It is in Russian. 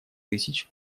тысяч